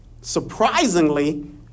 surprisingly